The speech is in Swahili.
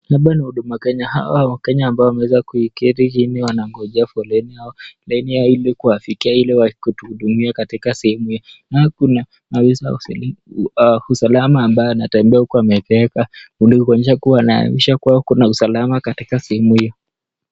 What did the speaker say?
Hapa ni Huduma Kenya, hawa wakenya ambao wameweza kuiketi chini wanangojea foleni au laini hii kuwafikia ili kuhudumiwa katika sehemu hii .Kuna afisa wa usalama ambaye anatembea huku amebeba bunduki, kuonyesha kuwa kuna usalama katika sehemu hii.